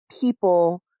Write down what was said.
people